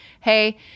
hey